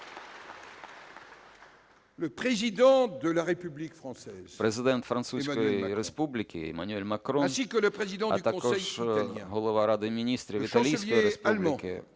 Президент Французької Республіки Емманюель Макрон, а також Голова Ради міністрів Італійської Республіки,